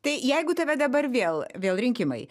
tai jeigu tave dabar vėl vėl rinkimai